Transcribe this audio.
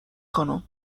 خانم